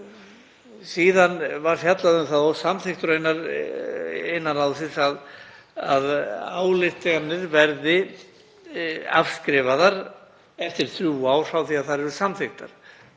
Síðan var fjallað um það og samþykkt raunar innan ráðsins að ályktanir verði afskrifaðar eftir þrjú ár frá því að þær eru samþykktar.